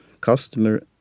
customer